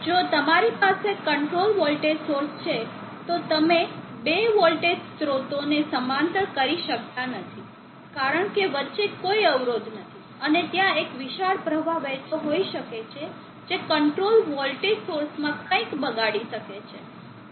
જો તમારી પાસે કંટ્રોલ વોલ્ટેજ સોર્સ છે તો તમે બે વોલ્ટેજ સ્રોતોને સમાંતર કરી શકતા નથી કારણ કે વચ્ચે કોઈ અવરોધ નથી અને ત્યાં એક વિશાળ પ્રવાહ વહેતો હોઈ શકે છે જે કંટ્રોલ વોલ્ટેજ સોર્સમાં કંઇક બગાડી શકે છે